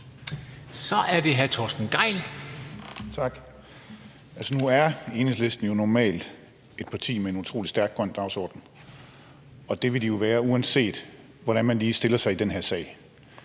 Kl. 11:30 Torsten Gejl (ALT): Tak. Altså, nu er Enhedslisten jo normalt et parti med en utrolig stærk grøn dagsorden. Og det vil de jo være, uanset hvordan man lige stiller sig i den her sag.